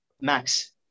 max